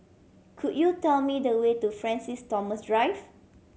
could you tell me the way to Francis Thomas Drive